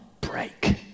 break